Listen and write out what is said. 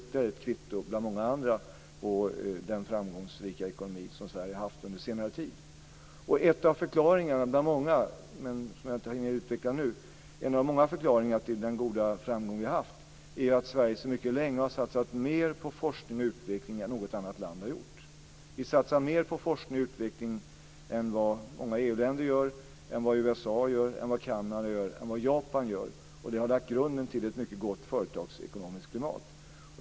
Det var ett kvitto bland många andra på den framgångsrika ekonomi som Sverige haft under senare tid. En av förklaringarna bland många, som jag inte hinner utveckla nu, till den goda framgång vi haft är att Sverige sedan mycket länge har satsat mer på forskning och utveckling än något annat land har gjort. Vi satsar mer på forskning och utveckling än vad många EU-länder gör, än vad USA gör, än vad Kanada gör och än vad Japan gör. Det har lagt grunden till ett mycket gott företagsekonomiskt klimat.